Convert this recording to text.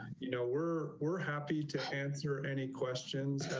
you know, we're, we're happy to answer any questions